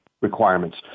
requirements